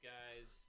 Guys